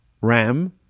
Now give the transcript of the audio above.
ram